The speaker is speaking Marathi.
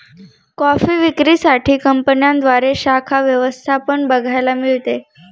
कॉफी विक्री साठी कंपन्यांद्वारे शाखा व्यवस्था पण बघायला मिळते